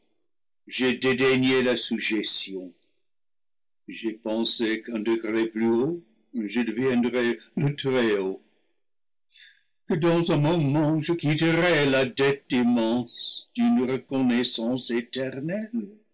dédaigné la sujétion j'ai pensé qu'un degré plus haut je deviendrais le très-haut que dans un moment j'ac quitterais la dette immense d'une reconnaissance éternelle